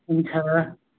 हुन्छ